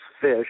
fish